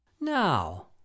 Now